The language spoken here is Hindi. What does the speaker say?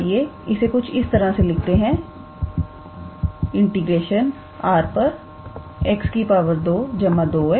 तो आइए इसे कुछ इस तरह से लिखते हैं R 𝑥 2 2𝑥𝑑𝑥𝑑𝑦